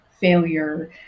failure